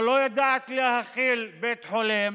או לא יודעת להכיל בית חולים,